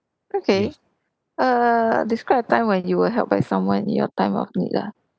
okay err describe a time when you were helped by someone in your time of need ah